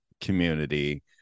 community